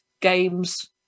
games